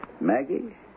Maggie